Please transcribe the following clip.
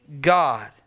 God